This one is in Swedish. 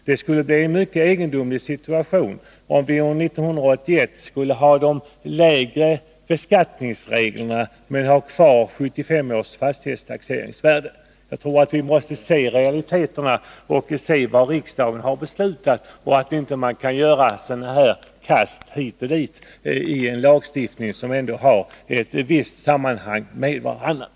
Det skulle uppstå en mycket egendomlig situation om vi år 1981 tillämpade de lägre beskattningsreglerna och hade kvar 1975 års fastighetstaxeringsvärden. Vi måste se till realiteterna och vad riksdagen har beslutat. Det går inte att göra kast hit och dit i en lagstiftning där de olika besluten ändå har ett visst samband.